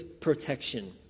protection